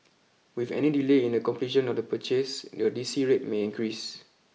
with any delay in the completion of the purchase the D C rate may increase